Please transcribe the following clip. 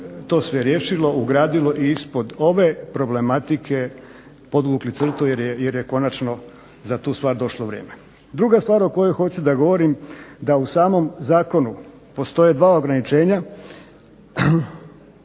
to riješilo, ugradilo i ispod ove problematike podvukli crtu jer je konačno za tu stvar došlo vrijeme. Druga stvar o kojoj hoću da govorim da u samom zakonu postoje dva ograničenja,